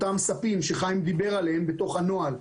שחיים דיבר עליהם, בתוך הנוהל.